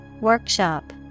Workshop